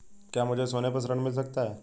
क्या मुझे सोने पर ऋण मिल सकता है?